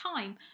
time